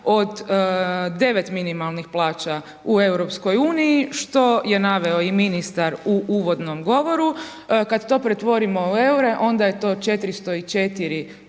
od 9 minimalnih plaća u Europskoj uniji, što je naveo i ministar u uvodnom govoru, kad to pretvorimo u EUR-e, onda je to 404